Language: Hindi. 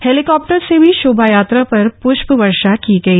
हेलीकॉप्टर से भी शोभायात्रा पर पृष्प वर्षा की गई